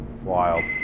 Wild